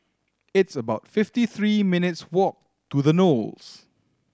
it's about fifty three minutes' walk to The Knolls